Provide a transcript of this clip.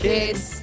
Kids